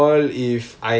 oh